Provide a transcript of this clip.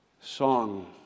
song